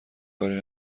کاری